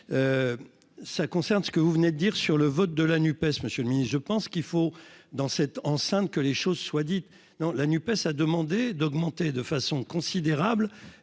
ça concerne ce que vous venez de dire sur le vote de la NUPES monsieur le midi, je pense qu'il faut dans cette enceinte que les choses soient dites non, la NUPES a demandé d'augmenter de façon considérable